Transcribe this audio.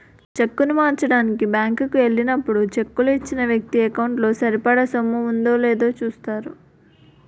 చెక్కును మార్చడానికి బ్యాంకు కి ఎల్లినప్పుడు చెక్కు ఇచ్చిన వ్యక్తి ఎకౌంటు లో సరిపడా సొమ్ము ఉందో లేదో చూస్తారు